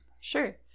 sure